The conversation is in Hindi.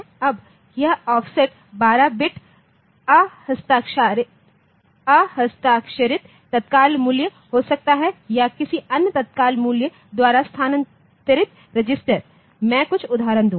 अब यह ऑफ़सेट 12 बिट अहस्ताक्षरित तत्काल मूल्य हो सकता है या किसी अन्य तत्काल मूल्य द्वारा स्थानांतरित रजिस्टर मैं कुछ उदाहरण दूंगा